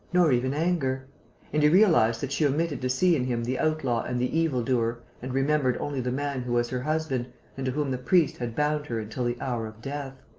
nor even anger and he realized that she omitted to see in him the outlaw and the evil-doer and remembered only the man who was her husband and to whom the priest had bound her until the hour of death.